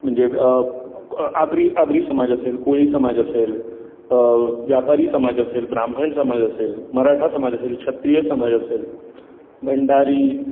म्हणजे आग्री आग्री समाज असेल कोळी समाज असेल व्यापारी समाज असेल ब्राह्मण समाज असेल मराठा समाज असेल क्षत्रिय समाज असेल भंडारी